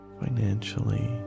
financially